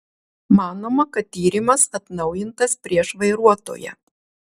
manoma kad tyrimas atnaujintas prieš vairuotoją